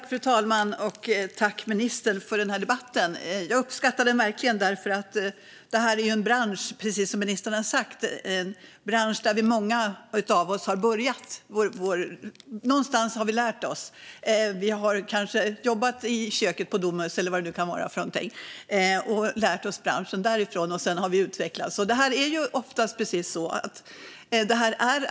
Fru talman! Tack, ministern, för debatten! Jag uppskattar den verkligen. Det här är en bransch, precis som ministern sa, där många av oss har börjat. Någonstans har vi blivit upplärda. Kanske har vi jobbat i köket på Domus och lärt oss branschen därifrån. Sedan har vi utvecklats. Oftast är det precis så.